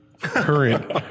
current